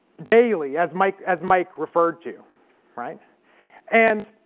daily as mike as mike referred to right and